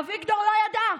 אביגדור לא ידע.